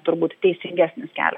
turbūt teisingesnis kelias